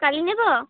କାଲି ନେବ